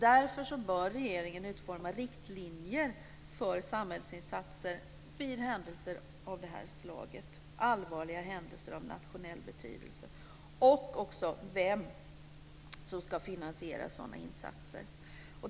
Därför bör regeringen utforma riktlinjer för samhällsinsatser vid händelser av detta slag - allvarliga händelser av nationell betydelse. Det gäller också vem som ska finansiera sådana insatser.